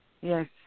yes